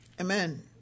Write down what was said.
Amen